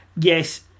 Yes